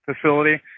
facility